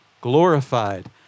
glorified